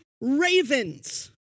Ravens